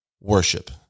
worship